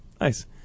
Nice